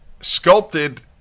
sculpted